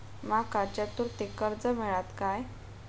माका चतुर्थीक कर्ज मेळात काय?